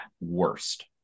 worst